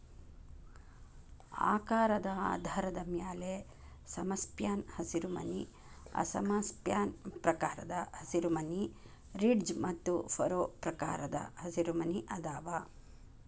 ಆಕಾರದ ಆಧಾರದ ಮ್ಯಾಲೆ ಸಮಸ್ಪ್ಯಾನ್ ಹಸಿರುಮನಿ ಅಸಮ ಸ್ಪ್ಯಾನ್ ಪ್ರಕಾರದ ಹಸಿರುಮನಿ, ರಿಡ್ಜ್ ಮತ್ತು ಫರೋ ಪ್ರಕಾರದ ಹಸಿರುಮನಿ ಅದಾವ